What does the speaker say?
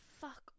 fuck